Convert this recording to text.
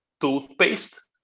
toothpaste